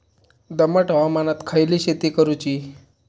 दमट हवामानात खयली शेती करूची?